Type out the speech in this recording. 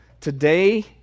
Today